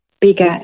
bigger